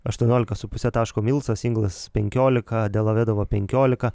aštuoniolika su puse taško milsas inglasas penkiolika delavedovo penkiolika